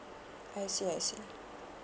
I see I see